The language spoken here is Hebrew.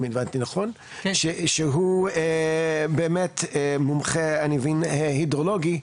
שהוא באמת מומחה הידרולוגי,